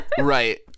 Right